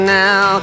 now